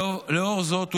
לאור זאת,